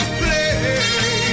play